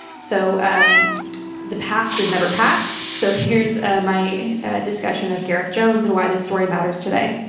so um the past is never past, so here's ah my discussion of gareth jones and why this story matters today,